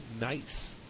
Nice